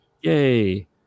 yay